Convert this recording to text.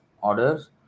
orders